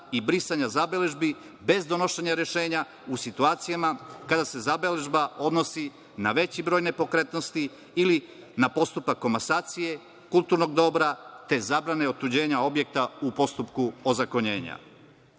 i brisanja zabeležbi bez donošenja rešenja u situacijama kada se zabeležba odnosi na veći broj nepokretnosti ili na postupak komasacije kulturnog dobra, te zabrane otuđenja objekta u postupku ozakonjenja. Uzimajući